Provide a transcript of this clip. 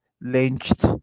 lynched